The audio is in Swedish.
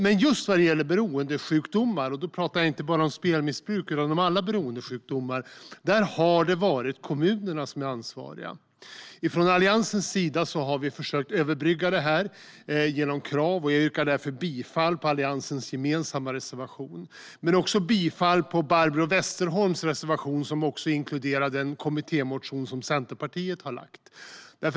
Men just vad gäller beroendesjukdomar - då pratar jag inte bara om spelmissbruk utan om alla beroendesjukdomar - har kommunerna varit ansvariga. Alliansen har försökt överbrygga det genom krav. Jag yrkar därför bifall till Alliansens gemensamma reservation. Men jag yrkar också bifall till Barbro Westerholms reservation, som också inkluderar den kommittémotion som Centerpartiet har lagt fram.